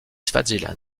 swaziland